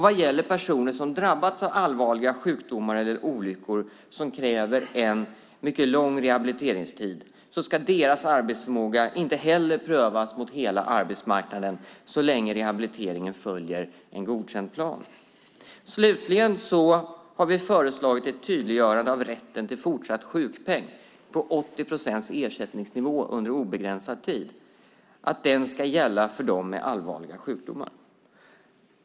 Vad gäller personer som drabbats av allvarliga sjukdomar eller olyckor som kräver en mycket lång rehabiliteringstid ska deras arbetsförmåga inte heller prövas mot hela arbetsmarknaden så länge rehabiliteringen följer en godkänd plan. Slutligen har vi föreslagit ett tydliggörande av rätten till fortsatt sjukpenning på 80 procents ersättningsnivå under obegränsad tid som ska gälla för dem med allvarliga sjukdomar.